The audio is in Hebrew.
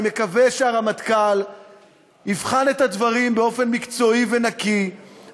אני מקווה שהרמטכ"ל יבחן את הדברים באופן מקצועי ונקי,